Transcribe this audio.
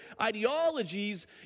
ideologies